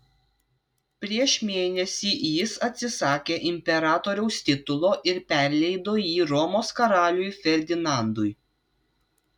prieš mėnesį jis atsisakė imperatoriaus titulo ir perleido jį romos karaliui ferdinandui